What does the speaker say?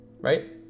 right